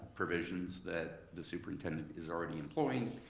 provisions that the superintendent is already employing,